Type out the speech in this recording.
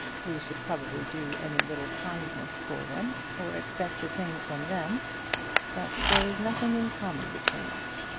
we should probably do any little kindness for them, or expect the same from them but there is nothing in common between us,